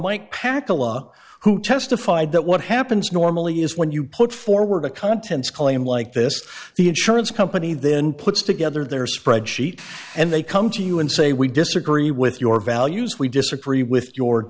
mike packer law who testified that what happens normally is when you put forward the contents claim like this the insurance company then puts together their spreadsheet and they come to you and say we disagree with your values we disagree with